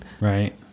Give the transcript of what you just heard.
right